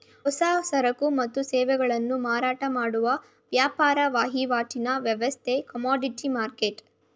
ಹೊಸ ಸರಕು ಮತ್ತು ಸೇವೆಗಳನ್ನು ಮಾರಾಟ ಮಾಡುವ ವ್ಯಾಪಾರ ವಹಿವಾಟಿನ ವ್ಯವಸ್ಥೆ ಕಮೋಡಿಟಿ ಮರ್ಕೆಟ್